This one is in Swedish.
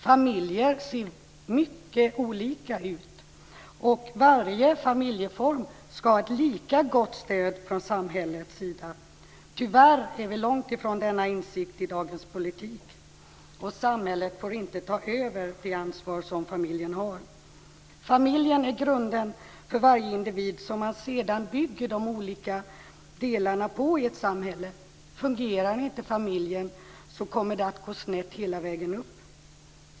Familjer ser mycket olika ut. Varje familjeform ska ha ett lika gott stöd från samhället sida. Tyvärr är vi långt ifrån denna insikt i dagens politik. Samhället får inte ta över det ansvar som familjen har. Familjen är grunden för varje individ, som man sedan bygger de olika delarna på i ett samhälle. Fungerar inte familjen så kommer det att gå snett hela vägen upp.